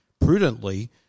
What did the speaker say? prudently